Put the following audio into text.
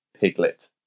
piglet